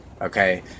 okay